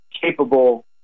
capable